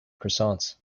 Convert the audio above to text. croissants